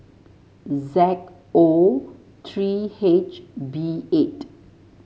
Z O three H B eight